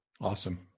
Awesome